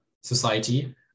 society